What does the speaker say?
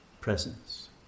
presence